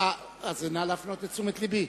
נא להפנות את תשומת לבי.